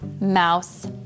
Mouse